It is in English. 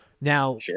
Now